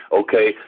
okay